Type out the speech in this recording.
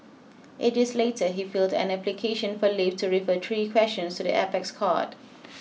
eight days later he filled an application for leave to refer three questions to the apex court